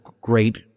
great